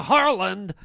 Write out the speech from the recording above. Harland